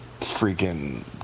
freaking